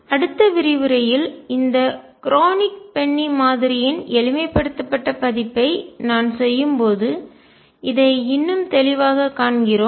அடுத்த விரிவுரையில் இந்த குரோனிக் பென்னி மாதிரியின் எளிமைப்படுத்தப்பட்ட பதிப்பை நான் செய்யும்போது இதை இன்னும் தெளிவாகக் காண்கிறோம்